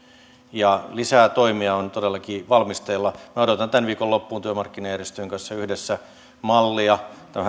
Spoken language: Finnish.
ja lisää toimia on todellakin valmisteilla minä odotan tämän viikon loppuun työmarkkinajärjestöjen kanssa yhdessä mallia